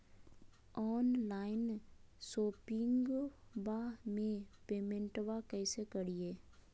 Online शोपिंगबा में पेमेंटबा कैसे करिए?